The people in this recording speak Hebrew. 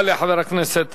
תודה לחבר הכנסת